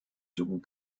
second